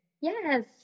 Yes